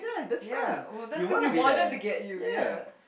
ya oh that's cause you want them to get you ya